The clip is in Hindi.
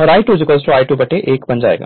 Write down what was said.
यह I2 I2 a बन जाएगा